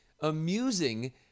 amusing